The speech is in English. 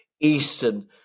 eastern